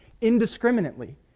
indiscriminately